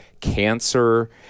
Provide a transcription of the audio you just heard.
cancer